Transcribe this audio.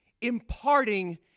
Imparting